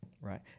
Right